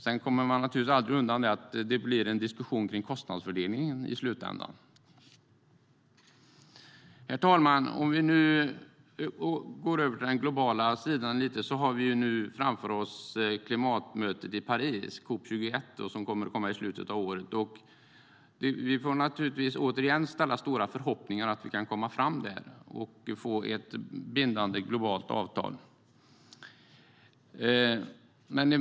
Man kommer naturligtvis aldrig undan att det i slutändan blir en diskussion om kostnadsfördelningen. Herr talman! Om vi går över till den globala sidan har vi nu framför oss klimatmötet i Paris - COP 21 - i slutet av året. Vi får åter ha stora förhoppningar om att vi kan komma fram där och få ett bindande globalt avtal.